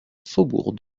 faubourg